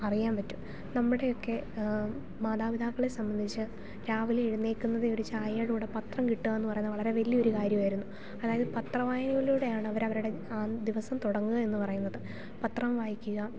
അറിയാൻ പറ്റും നമ്മുടെ ഒക്കെ മാതാപിതാക്കളെ സംബന്ധിച്ച് രാവിലെ എഴുന്നേൽക്കുന്നത് ഒരു ചായയുടെ പത്രം കിട്ടുകാന്ന് പറയുന്ന വളരെ വലിയ ഒരു കാര്യം ആയിരുന്നു അതായത് പത്രവായനിലൂടെയാണ് അവർ അവരുടെ ആ ദിവസം തുടങ്ങുക എന്ന് പറയുന്നത് പത്രം വായിക്കുക